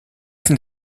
sind